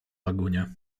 lagunie